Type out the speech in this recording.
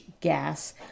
gas